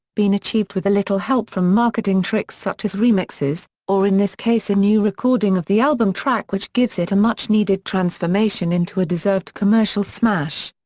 been achieved with a little help from marketing tricks such as remixes or in this case a new recording of the album track which gives it a much-needed transformation into a deserved commercial smash.